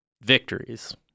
victories